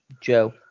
Joe